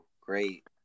great